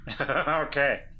Okay